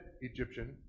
Egyptian